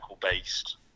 based